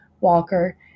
Walker